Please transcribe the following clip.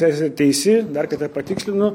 esat teisi dar kartą patikslinu